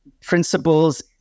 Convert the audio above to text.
principles